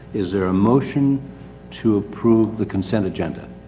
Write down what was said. is there a motion to approve the consent agenda?